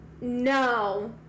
no